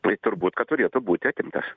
tai turbūt kad turėtų būti atimtas